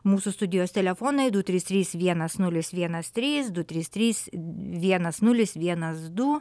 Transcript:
mūsų studijos telefonai du trys trys vienas nulis vienas trys du trys trys vienas nulis vienas du